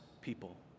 people